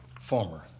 Former